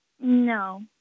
No